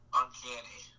uncanny